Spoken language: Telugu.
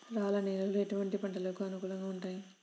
రాళ్ల నేలలు ఎటువంటి పంటలకు అనుకూలంగా ఉంటాయి?